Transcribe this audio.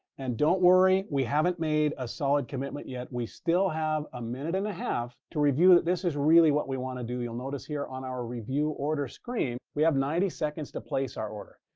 and don't worry, we haven't made a solid commitment yet. we still have a minute and a half to review that this is really what we want to do. you'll notice here on our review order screen, we have ninety seconds to place our order.